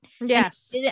Yes